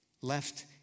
left